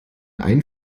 ein